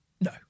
no